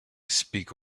speak